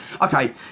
okay